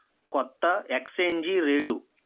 కొత్త exchange rate